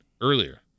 earlier